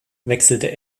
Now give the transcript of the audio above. wechselte